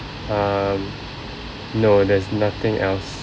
um no there's nothing else